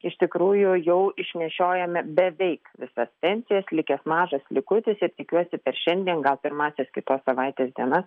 iš tikrųjų jau išnešiojome beveik visas pensijas likęs mažas likutis ir tikiuosi per šiandien gal pirmąsias kitos savaitės dienas